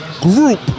group